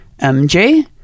MJ